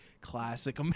classic